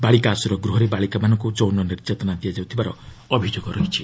ବାଳିକା ଆଶ୍ରୟ ଗୃହରେ ବାଳିକାମାନଙ୍କୁ ଯୌନ ନିର୍ଯାତନା ଦିଆଯାଉଥିବାର ଅଭିଯୋଗ ରହିଛି